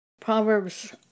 Proverbs